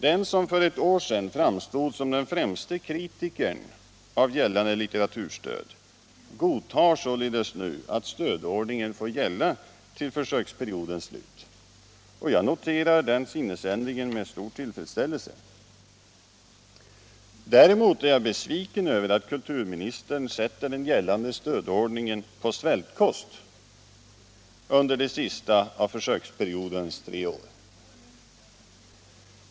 Den som för ett år sedan framstod som den främste kritikern av gällande litteraturstöd godtar således nu att stödordningen får gälla till försöksperiodens slut. Jag noterar denna sinnesändring med stor tillfredsställelse. Däremot är jag besviken över att kulturministern sätter den gällande stödordningen på svältkost under det sista av försöksperiodens tre år.